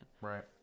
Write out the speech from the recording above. Right